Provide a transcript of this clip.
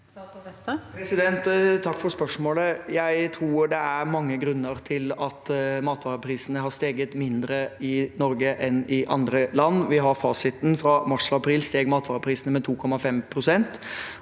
Takk for spørsmålet. Jeg tror det er mange grunner til at matvareprisene har steget mindre i Norge enn i andre land. Vi har fasiten: Fra mars til april steg matvareprisene med 2,5 pst.,